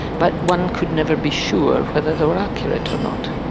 but one could never be sure whether they were accurate or not.